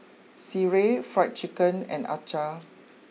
Sireh Fried Chicken and Acar